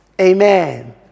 Amen